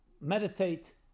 meditate